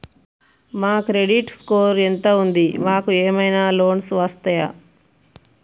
మా credit score ఎంత ఉంది? మాకు ఏమైనా లోన్స్ వస్తయా?